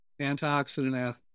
antioxidant